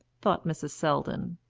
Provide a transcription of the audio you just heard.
thought mrs. selldon.